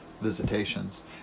visitations